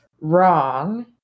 wrong